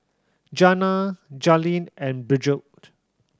Jana Jaelyn and Bridgett